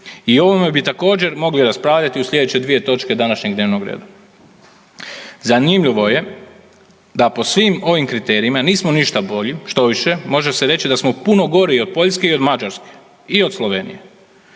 o ovome bi također mogli raspravljati u sljedeće dvije točke današnjeg dnevnog reda. Zanimljivo je da po svim ovim kriterijima nismo ništa bolji, štoviše može se reći da smo puno gori od Poljske i od Mađarske i od Slovenije.